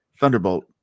Thunderbolt